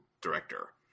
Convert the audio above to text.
director